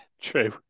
true